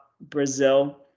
brazil